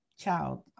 child